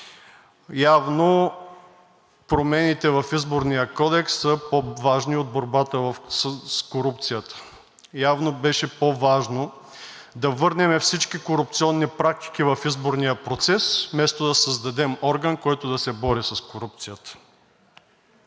Явно промените в Изборния кодекс са по-важни от борбата с корупцията. Явно беше по-важно да върнем всички корупционни практики в изборния процес, вместо да създадем орган, който да се бори с корупцията.